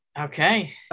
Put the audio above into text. Okay